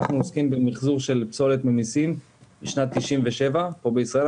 אנחנו עוסקים במחזור של פסולת ממיסים משנת 97' פה בישראל.